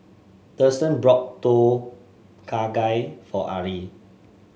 Thurston brought Tom Kha Gai for Arrie